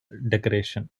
decoration